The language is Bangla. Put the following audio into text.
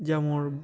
যেমন